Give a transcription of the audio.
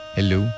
Hello